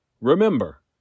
Remember